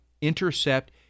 Intercept